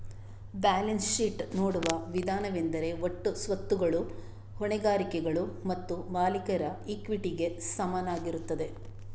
balance sheet ನೋಡುವ ವಿಧಾನವೆಂದರೆ ಒಟ್ಟು ಸ್ವತ್ತುಗಳು ಹೊಣೆಗಾರಿಕೆಗಳು ಮತ್ತು ಮಾಲೀಕರ ಇಕ್ವಿಟಿಗೆ ಸಮನಾಗಿರುತ್ತದೆ